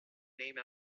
name